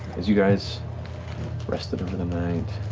because you guys rested for the night,